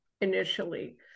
initially